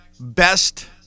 Best